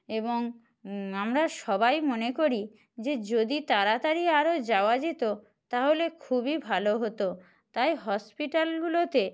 এবং আমরা সবাই মনে করি যে যদি তাড়াতাড়ি আরও যাওয়া যেত তাহলে খুবই ভালো হত তাই হসপিটালগুলোতে